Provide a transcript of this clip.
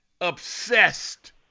obsessed